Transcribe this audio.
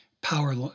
power